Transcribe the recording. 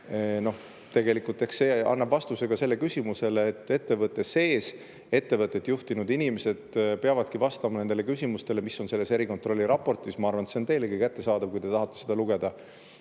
majanduslikult ise hakkama. Eks see [näitab], et ettevõtte sees ettevõtet juhtinud inimesed peavadki vastama nendele küsimustele, mis on selles erikontrolli raportis. Ma arvan, et see on teilegi kättesaadav, kui te tahate seda lugeda.